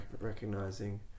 recognizing